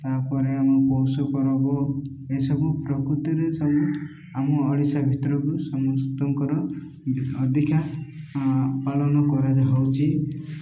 ତାପରେ ଆମ ପୌଷ ପର୍ବ ଏସବୁ ପ୍ରକୃତିରେ ସବୁ ଆମ ଓଡ଼ିଶା ଭିତରକୁ ସମସ୍ତଙ୍କର ଅଧିକା ପାଳନ କରାଯା ହଉଚି